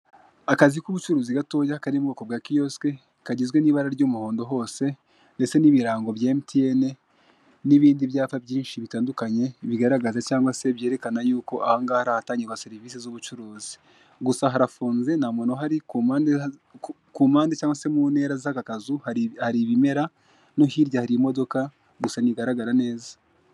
Akazi k'ubucuruzi gatoya kari mu bwoko bwa kiyosike kagizwe n'ibara ry'umuhondo hose ndetse n'ibirango bya emutiyeni n'ibindi byapa byinshi bitandukanye bigaragaza cyangwa se byerekana yuko ahangaha hatangirwa serivisi z'ubucuruzi. Gusa harafunze nta muntu uhari kumpande kumpande cyangwa se mu ntera z'akazu hari hari ibimera no hirya hari imodoka gusa ntigaragara neza.